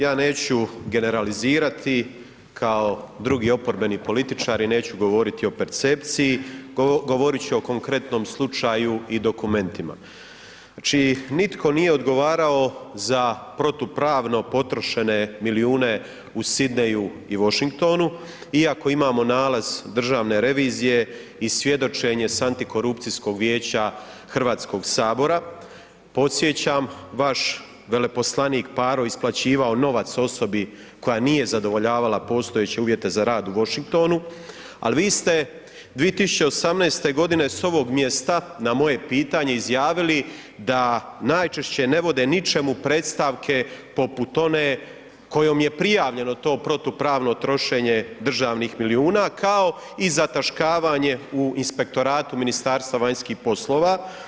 Ja neću generalizirati kao drugi oporbeni političari, neću govoriti o percepciji, govorit ću o konkretnom slučaju i dokumentima čiji nitko nije odgovarao za protupravno potrošene milijune u Sydneyju i Washingtonu iako imamo nalaz Državne revizije i svjedočenje sa Antikorupcijskog vijeća Hrvatskog sabora, podsjećam, vaš veleposlanik Paro je isplaćivao novac osobi koja nije zadovoljavala postojeće uvjete za rad u Washingtonu ali vi ste 2018. g. s ovog mjesta na moje pitanje izjavili da najčešće ne vode ničemu predstavke poput one kojom je prijavljeno to protupravno trošenje državnih milijuna kao i zataškavanje u inspektoratu Ministarstva vanjskih poslova.